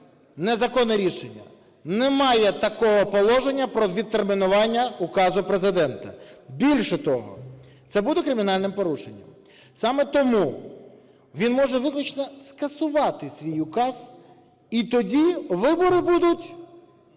незаконне рішення. Немає такого положення – про відтермінування указу Президента. Більше того, це буде кримінальним порушенням. Саме тому він може виключно скасувати свій указ, і тоді вибори будуть